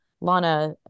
Lana